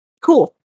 cool